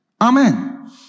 Amen